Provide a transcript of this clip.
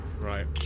Right